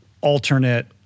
alternate